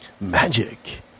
Magic